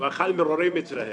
הוא אכל מרורים אצלם,